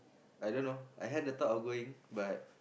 I dunno I had the thought of going but